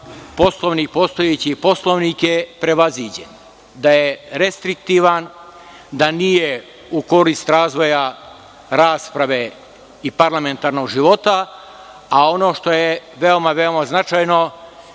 Poslovnik, postojeći Poslovnik je prevaziđen, da je restriktivan, da nije u korist razvoja rasprave i parlamentarnog života, a ono što je veoma značajno,